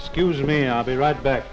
scuse me i'll be right back